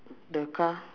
the car